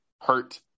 hurt